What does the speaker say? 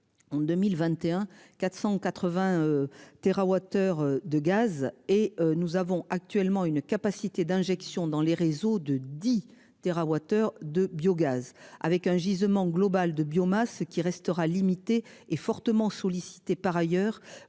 En 2021, 480 TWh de gaz et nous avons actuellement une capacité d'injection dans les réseaux de 10 TWh de biogaz avec un gisement globale de biomasse qui restera limitée est fortement sollicité par ailleurs,